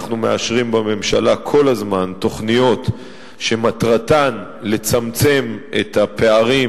אנחנו מאשרים בממשלה כל הזמן תוכניות שמטרתן לצמצם את הפערים